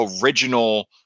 original